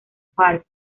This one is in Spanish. park